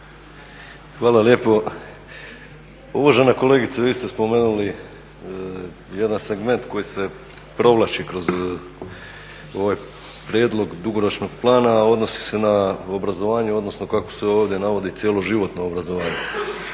rada)** Pa uvažena kolegice vi ste spomenuli jedan segment koji se provlači kroz ovaj prijedlog dugoročnog plana a odnosi se na obrazovanje odnosno kako se ovdje navodi cjeloživotno obrazovanje.